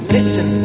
Listen